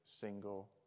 single